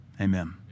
Amen